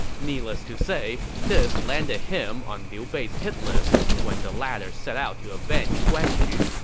needless to say, this landed him on liu bei's hit list when the latter set out to avenge guan yu,